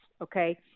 Okay